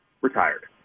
retired